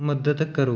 ਮਦਦ ਕਰੋ